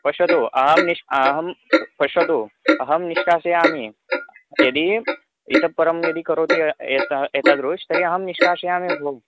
पश्यतु अहं निश् अहं पश्यतु अहं निष्कासयामि यदि इतः परं यदि करोति एता एतादृशं तर्हि अहं निष्कासयामि भो